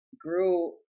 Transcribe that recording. grew